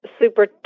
Super